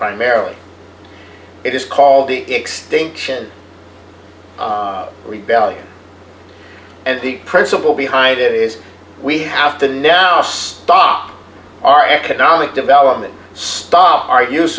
primarily it is called the extinction rebellion and the principle behind it is we have to now stop our economic development stop